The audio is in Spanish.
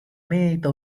meta